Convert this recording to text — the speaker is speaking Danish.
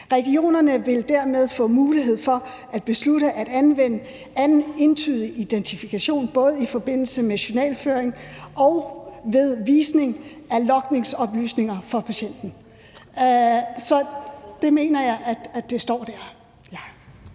Regionerne vil dermed få mulighed for at beslutte at anvende anden entydig identifikation både i forbindelse med journalføring og ved visning af logningsoplysninger for patienten. Så jeg mener, at det står der.